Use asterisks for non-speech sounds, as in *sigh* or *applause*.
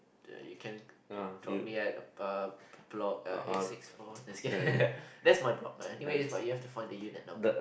you can drop me at uh bl~ block eight six four just kidding *laughs* that's my block man anyways you have to find the unit number